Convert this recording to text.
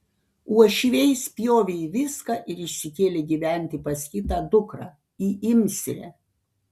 uošviai spjovė į viską ir išsikėlė gyventi pas kitą dukrą į imsrę